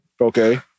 Okay